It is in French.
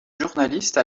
journaliste